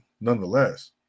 nonetheless